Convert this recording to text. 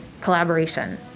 collaboration